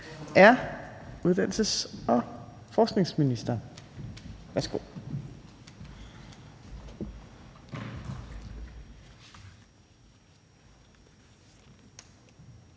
er uddannelses- og forskningsministeren. Værsgo.